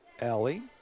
Ellie